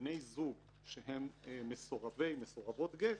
בני זוג שהם מסורבי, מסורבות גט,